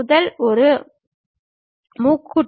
முதல் ஒரு முக்கூட்டு